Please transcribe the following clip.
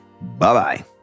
Bye-bye